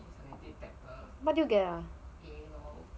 how much did you get ah